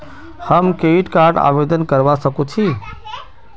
हम credit card आवेदन करवा संकोची?